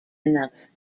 another